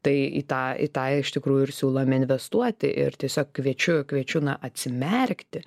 tai į tą į tą iš tikrųjų ir siūlome investuoti ir tiesiog kviečiu kviečiu na atsimerkti